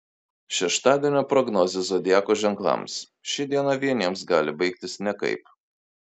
šeštadienio prognozė zodiako ženklams ši diena vieniems gali baigtis nekaip